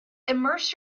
immerse